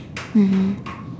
mmhmm